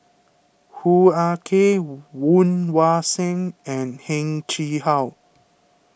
Hoo Ah Kay Woon Wah Siang and Heng Chee How